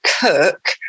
cook